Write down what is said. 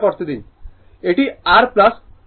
এটি r instantaneous polarity ভোল্টেজে